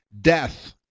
death